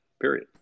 period